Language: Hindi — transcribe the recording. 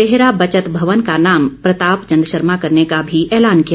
देहरा बचत भवन का नाम प्रताप चंद शर्मा करने का भी ऐलान किया